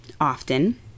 often